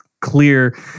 clear